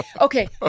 Okay